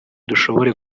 dushobore